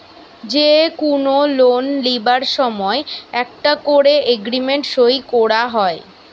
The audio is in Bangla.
যে কুনো লোন লিবার সময় একটা কোরে এগ্রিমেন্ট সই কোরা হয়